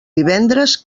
divendres